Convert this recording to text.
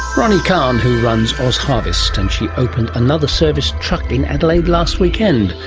ronni kahn who runs ozharvest, and she opened another service truck in adelaide last weekend.